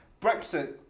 Brexit